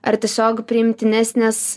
ar tiesiog priimtinesnės